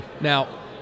Now